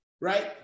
right